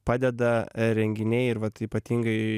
padeda renginiai ir vat ypatingai